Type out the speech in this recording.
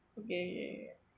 okay okay